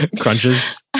Crunches